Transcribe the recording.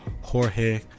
Jorge